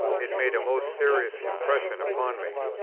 it made a most serious impression upon me.